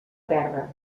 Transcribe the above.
terra